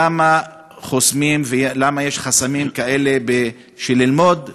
למה חוסמים ולמה יש חסמים כאלה ללמוד פה,